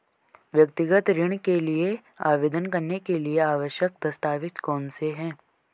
व्यक्तिगत ऋण के लिए आवेदन करने के लिए आवश्यक दस्तावेज़ कौनसे हैं?